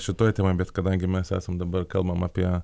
šitoj tai va bet kadangi mes esam dabar kalbam apie